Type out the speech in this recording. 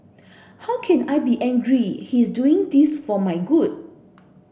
how can I be angry he is doing this for my good